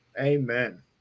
Amen